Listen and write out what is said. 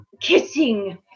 kissing